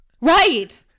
Right